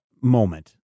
moment